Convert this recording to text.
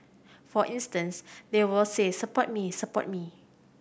for instance they will say Support me support me